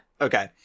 Okay